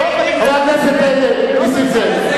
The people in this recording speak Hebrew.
הם בעד מדינת ישראל?